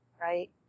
Right